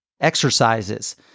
exercises